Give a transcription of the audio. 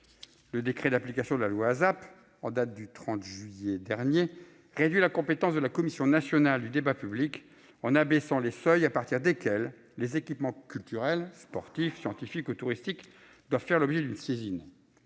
de l'action publique (ASAP), en date du 30 juillet 2021, réduit la compétence de la Commission nationale du débat public (CNDP), en abaissant les seuils à partir desquels les équipements culturels, sportifs, scientifiques ou touristiques doivent faire l'objet d'une saisine.